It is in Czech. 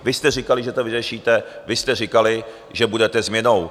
Vy jste říkali, že to vyřešíte, vy jste říkali, že budete změnou.